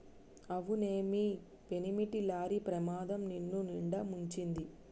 అవునే మీ పెనిమిటి లారీ ప్రమాదం నిన్నునిండా ముంచింది